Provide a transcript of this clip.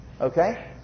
Okay